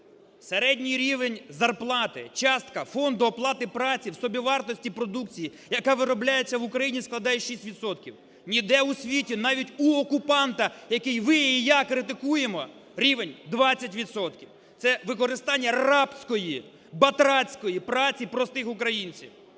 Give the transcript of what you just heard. Середній рівень зарплати, частка фонду оплати праці в собівартості продукції, яка виробляється в Україні, складає 6 відсотків. Ніде у світі, навіть у окупанта, який ви і я критикуємо, рівень – 20 відсотків. Це використання рабської батрацької праці простих українців.